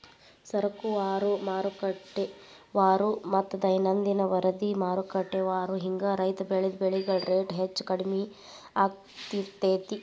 ಸರಕುವಾರು, ಮಾರುಕಟ್ಟೆವಾರುಮತ್ತ ದೈನಂದಿನ ವರದಿಮಾರುಕಟ್ಟೆವಾರು ಹಿಂಗ ರೈತ ಬೆಳಿದ ಬೆಳೆಗಳ ರೇಟ್ ಹೆಚ್ಚು ಕಡಿಮಿ ಆಗ್ತಿರ್ತೇತಿ